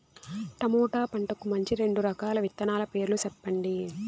tomato పంటకు మంచి రెండు రకాల విత్తనాల పేర్లు సెప్పండి